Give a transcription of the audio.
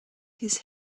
his